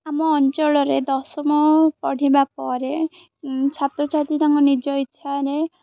ଆମ ଅଞ୍ଚଳରେ ଦଶମ ପଢ଼ିବା ପରେ ଛାତ୍ରଛାତ୍ରୀ ତାଙ୍କ ନିଜ ଇଚ୍ଛାରେ